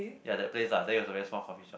ya that place ah that it was a very small coffee shop